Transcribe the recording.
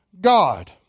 God